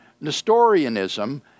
Nestorianism